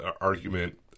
argument